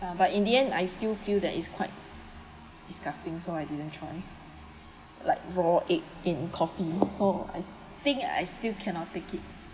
but in the end I still feel that it's quite disgusting so I didn't try like raw egg in coffee so I think I still cannot take it